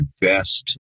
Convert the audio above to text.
best